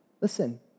listen